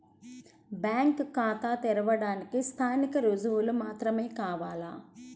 Bank ఖాతా తెరవడానికి స్థానిక రుజువులు మాత్రమే కావాలా?